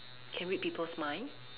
can read people's mind